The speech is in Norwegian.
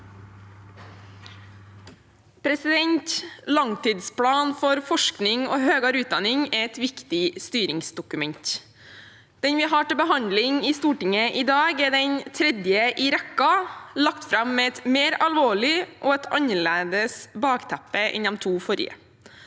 for saken): Langtidsplanen for forskning og høyere utdanning er et viktig styringsdokument. Den vi har til behandling i Stortinget i dag, er den tredje i rekken, lagt fram med et mer alvorlig og annerledes bakteppe enn de to forrige.